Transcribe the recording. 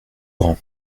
grand